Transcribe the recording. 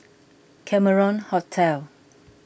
Cameron Hotel